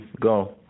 Go